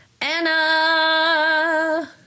Anna